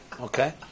Okay